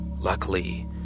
luckily